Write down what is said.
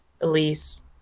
Elise